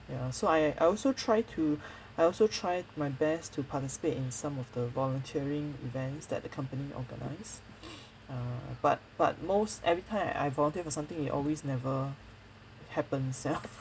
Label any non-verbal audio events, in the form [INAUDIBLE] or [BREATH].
ya so I I also try to I also try my best to participate in some of the volunteering events that the company organise [BREATH] err but but most every time I I volunteer for something it always never happens ya